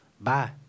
bye